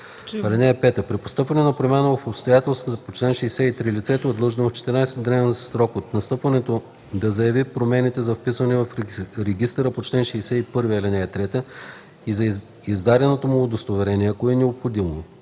При настъпване на промяна в обстоятелствата по чл. 63 лицето е длъжно в 14-дневен срок от настъпването да заяви промените за вписване в регистъра по чл. 61, ал. 3 и в издаденото му удостоверение, ако е необходимо.